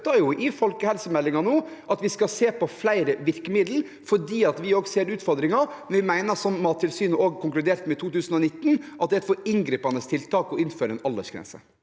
folkehelsemeldingen nå at vi skal se på flere virkemiddel, fordi vi også ser utfordringen, men vi mener – som Mattilsynet også konkluderte med i 2019 – at det er et for inngripende tiltak å innføre en aldersgrense.